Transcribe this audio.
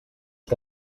que